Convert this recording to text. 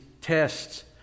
tests